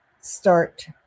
start